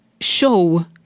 show